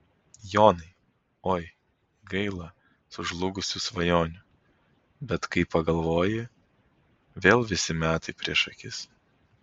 jonai oi gaila sužlugusių svajonių bet kai pagalvoji vėl visi metai prieš akis